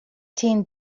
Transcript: ten